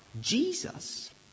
Jesus